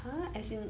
hmm as in